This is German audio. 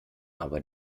aber